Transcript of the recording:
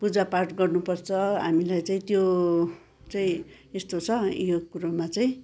पुजा पाठ गर्नुपर्छ हामीले चाहिँ त्यो चाहिँ यस्तो छ यो कुरोमा चाहिँ